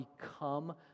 become